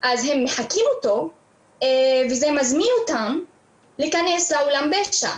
אז הם מחקים אותו וזה מזמין אותם לעולם הפשע.